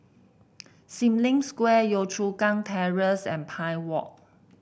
Sim Lim Square Yio Chu Kang Terrace and Pine Walk